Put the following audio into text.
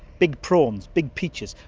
big prawns, big peaches.